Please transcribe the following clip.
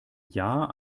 jahr